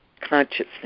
consciousness